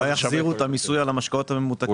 יחזירו את המיסוי על המשקאות הממותקים,